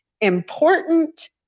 important